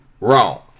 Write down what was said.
Wrong